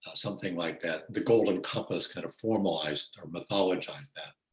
something like that, the golden compass kind of formalized or mythologized that,